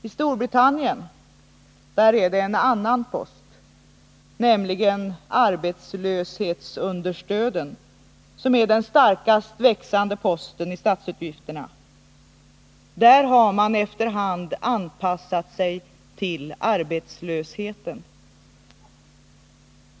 I Storbritannien är det en annan post, nämligen arbetslöshetsunderstöden, som är den starkast växande posten i statsutgifterna. Där har man efter hand anpassat sig till arbetslösheten.